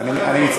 אני עליתי כבר,